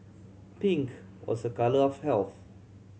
pink was a colour of health